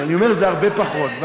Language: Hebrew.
אבל אני אומר: הרבה פחות.